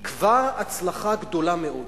היא כבר הצלחה גדולה מאוד.